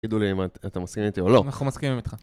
תגידו לי אם אתם מסכימים איתי או לא. אנחנו מסכימים איתך.